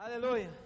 hallelujah